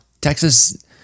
Texas